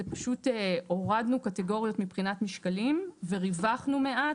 פשוט הורדנו קטגוריות מבחינת משקלים וריווחנו מעט.